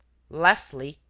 lastly,